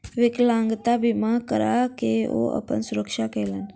विकलांगता बीमा करा के ओ अपन सुरक्षा केलैन